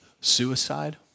suicide